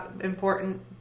Important